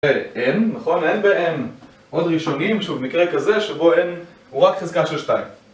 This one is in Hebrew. אן, נכון? אן באם עוד ראשונים, שוב מקרה כזה, שבו אן הוא רק חזקה של שתיים.